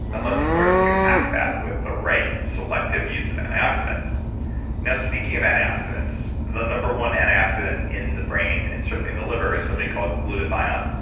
unless, of course, you hack that with the right selective use of antioxidants now, speaking of antioxidants, the number one antioxidant in the brain, and certainly in the liver is something called glutathione,